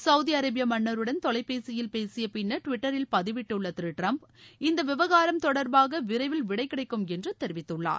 Saudi அரேபிய மன்னருடன் தொலைபேசியில் பேசிய பின்னர் டிவிட்டரில் பதிவிட்டுள்ள திரு டிரம்ப் இந்த விவகாரம் தொடர்பாக விரைவில் விடை கிடைக்கும் என்று தெரிவித்துள்ளார்